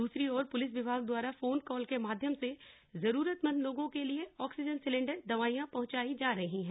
दूसरी ओर पुलिस विभाग द्वारा फोन कॉल के माध्यम से जरूरतमंद लोगो के लिए आक्सीजन सिलेंडर दवाइयां पहुँचायी जा रही हैं